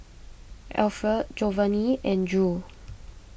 Alferd Jovany and Drew